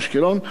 אשקלון,